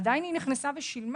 עדיין היא נכנסה ושילמה.